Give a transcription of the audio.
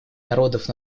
народов